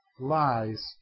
lies